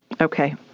Okay